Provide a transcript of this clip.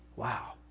wow